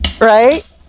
Right